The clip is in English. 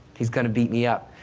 he's gonna beat me up.